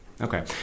Okay